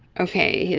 okay,